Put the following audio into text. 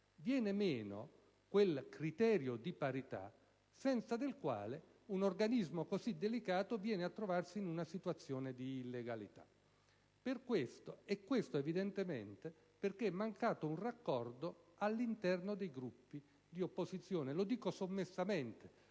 Viene meno quel criterio di parità senza il quale un organismo così delicato viene a trovarsi in una situazione di illegalità. Questo, evidentemente, perché è mancato un raccordo all'interno dei Gruppi di opposizione: lo dico sommessamente,